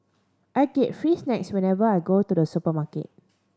I get free snacks whenever I go to the supermarket